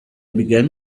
began